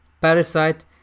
Parasite